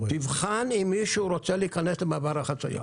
תבחן אם מישהו רוצה להיכנס למעבר החצייה.